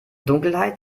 dunkelheit